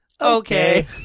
Okay